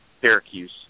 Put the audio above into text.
Syracuse